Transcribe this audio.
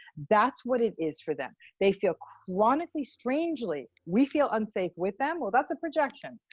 that's what it is for them. they feel chronically strangely, we feel unsafe with them, well, that's a projection.